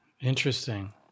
Interesting